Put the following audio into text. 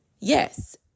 yes